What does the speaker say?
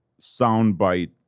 soundbite